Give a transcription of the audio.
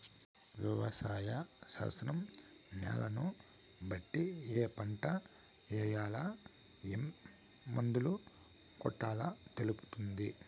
వ్యవసాయ శాస్త్రం న్యాలను బట్టి ఏ పంట ఏయాల, ఏం మందు కొట్టాలో తెలుపుతుంది